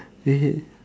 dig it